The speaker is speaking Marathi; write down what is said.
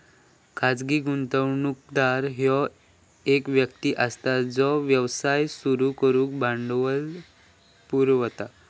खाजगी गुंतवणूकदार ह्यो एक व्यक्ती असता जो व्यवसाय सुरू करुक भांडवल पुरवता